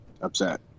upset